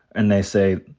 and they say,